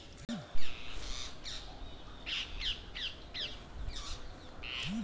केन्द्रीय बैंक के पास भी कुछ सॉवरेन फंड मिल सकते हैं